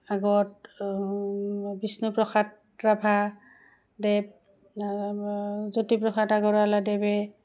আগত বিষ্ণুপ্ৰসাদ ৰাভাদেৱ জ্যোতিপ্ৰসাদ আগৰৱালাদেৱে